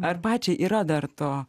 ar pačiai yra dar to